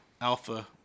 Alpha